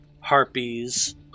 harpies